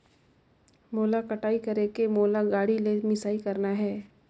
मोला कटाई करेके मोला गाड़ी ले मिसाई करना हे?